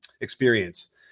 experience